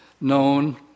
known